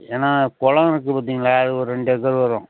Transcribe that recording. ஏன்னா குளம் இருக்குது பார்த்தீங்களா அது ஒரு ரெண்டு ஏக்கர் வரும்